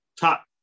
top